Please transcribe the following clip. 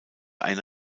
eine